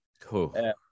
cool